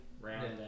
round